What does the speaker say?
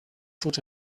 food